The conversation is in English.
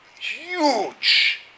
huge